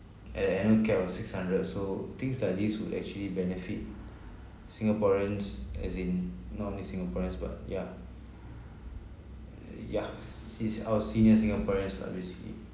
at the annual cap of six hundred so things like this would actually benefit singaporeans as in not only singaporeans but yeah yeah se~ our senior singaporeans lah basically